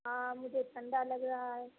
ہاں مجھے ٹھنڈا لگ رہا ہے